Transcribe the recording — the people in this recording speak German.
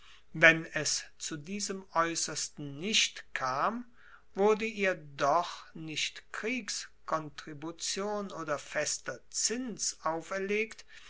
wenn es zu diesem aeussersten nicht kam wurde ihr doch nicht kriegskontribution oder fester zins auferlegt